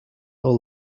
are